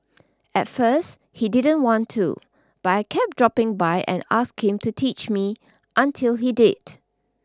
at first he didn't want to but I kept dropping by and asking him to teach me until he did